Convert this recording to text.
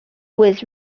was